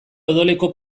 odoleko